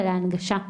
ולהנגשה.